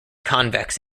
convex